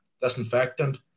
disinfectant